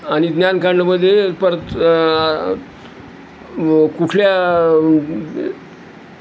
आनि ज्ञानकांडमदे परत कुठल्या